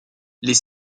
les